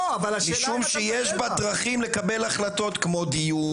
משום שיש בה דרכים לקבל החלטות כמו דיון,